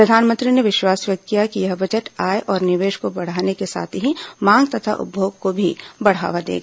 प्रधानमंत्री ने विश्वास व्यक्त किया कि यह बजट आय और निवेश को बढ़ाने के साथ ही मांग तथा उपभोग को भी बढ़ावा देगा